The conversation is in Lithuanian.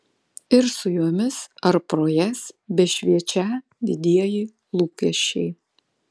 ir su jomis ar pro jas bešviečią didieji lūkesčiai